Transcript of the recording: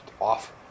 off